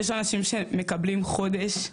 יש אנשים שמקבלים חודש,